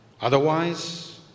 Otherwise